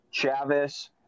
Chavis